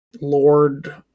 lord